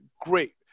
great